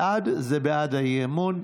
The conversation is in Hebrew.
בעד זה בעד האי-אמון.